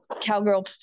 cowgirl